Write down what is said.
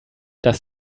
das